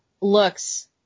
looks